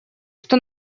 что